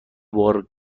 بار